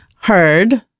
heard